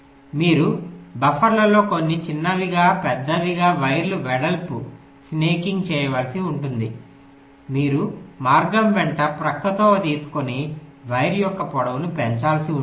మీరు బఫర్లో కొన్ని చిన్నవిగా పెద్దవిగా వైర్ల వెడల్పు స్నాకింగ్ చేయవలసి ఉంటుంది మీరు మార్గం వెంట ప్రక్కతోవ తీసుకొని వైర్ యొక్క పొడవును పెంచాల్సి ఉంటుంది